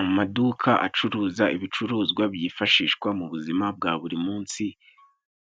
Amaduka acuruza ibicuruzwa byifashishwa mu buzima bwa buri munsi,